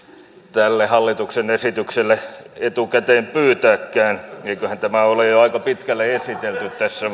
tälle hallituksen esitykselle etukäteen pyytääkään eiköhän tämä ole jo aika pitkälle esitelty tässä